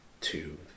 two